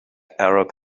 arab